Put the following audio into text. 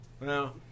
No